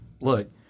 look